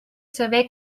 saber